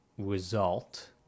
Result